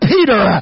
Peter